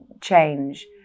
change